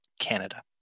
Canada